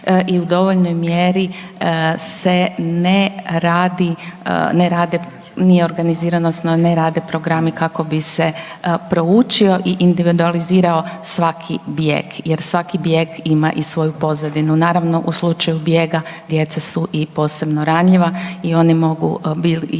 i u dovoljnoj mjeri se ne radi, ne rade, nije organizirano odnosno ne rade programi kako bi se proučio i individualizirao svaki bijeg jer svaki bijeg ima i svoju pozadinu. Naravno u slučaju bijega djeca su i posebno ranjiva i oni mogu i imali